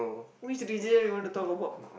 which religion you want to talk about